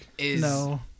No